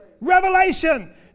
Revelation